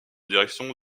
direction